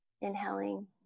inhaling